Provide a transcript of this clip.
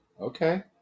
Okay